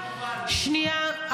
שנייה,